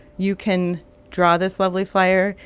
you can draw this lovely flyer.